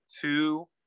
two